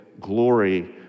glory